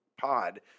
pod